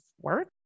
work